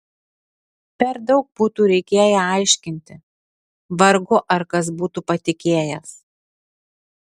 per daug būtų reikėję aiškinti vargu ar kas būtų patikėjęs